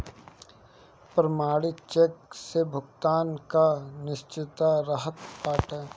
प्रमाणित चेक से भुगतान कअ निश्चितता रहत बाटे